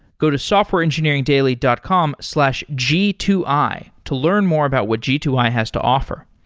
go to softwareengineeringdaily dot com slash g two i to learn more about what g two i has to offer.